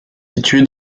situé